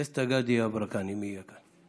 דסטה גדי יברקן, אם יהיה כאן.